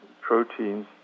proteins